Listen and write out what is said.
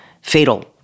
fatal